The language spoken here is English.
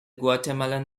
guatemalan